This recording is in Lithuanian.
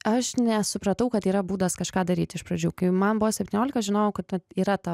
aš nesupratau kad yra būdas kažką daryt iš pradžių kai man buvo septyniolika aš žinojau kad yra ta